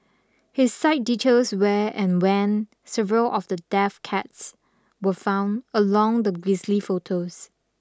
his site details where and when several of the deaf cats were found along with grisly photos